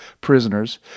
prisoners